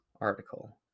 article